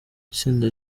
itsinda